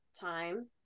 time